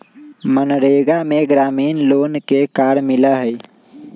मनरेगा में ग्रामीण लोग के कार्य मिला हई